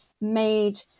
made